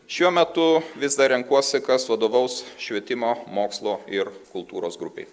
šiuo metu vis dar renkuosi kas vadovaus švietimo mokslo ir kultūros grupei